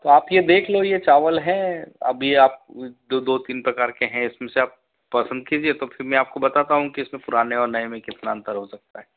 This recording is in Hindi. आप ये देख लो ये चावल हैं अब ये आप दो तीन प्रकार के हैं इसमें से आप पसंद कीजिए तो फिर मैं आपको बताता हूँ कि इसमें पुराने और नये मे कितना अंतर हो सकता है